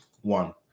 one